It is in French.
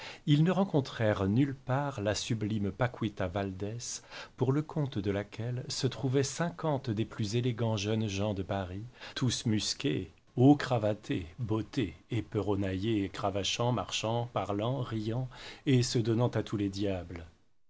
ils ne rencontrèrent nulle part la sublime paquita valdès pour le compte de laquelle se trouvaient cinquante des plus élégants jeunes gens de paris tous musqués haut cravatés bottés éperonnaillés cravachant marchant parlant riant et se donnant à tous les diables